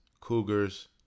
cougars